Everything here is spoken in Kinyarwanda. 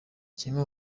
kimwe